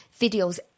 videos